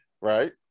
Right